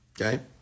Okay